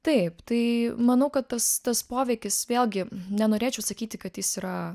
taip tai manau kad tas tas poveikis vėlgi nenorėčiau sakyti kad jis yra